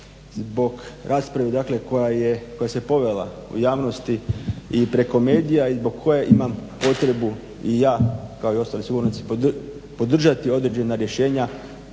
zbog rasprave koja se povela u javnosti i preko medija i zbog koje imam potrebu i ja kao i ostali sugovornici podržati određena rješenja